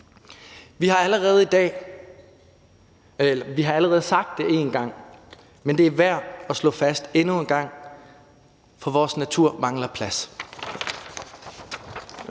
Vi har allerede sagt det én gang, men det er værd at slå fast endnu en gang, for vores natur mangler plads.